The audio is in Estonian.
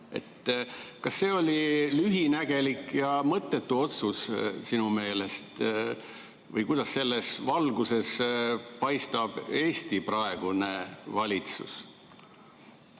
Kas see oli lühinägelik ja mõttetu otsus sinu meelest? Kuidas selles valguses paistab Eesti praegune valitsus?